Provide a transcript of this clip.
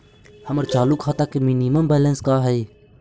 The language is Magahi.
हमर चालू खाता के मिनिमम बैलेंस का हई?